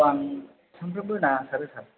आं सानफ्रोमबो ना सारो सार